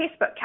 Facebook